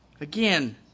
Again